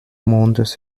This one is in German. mondes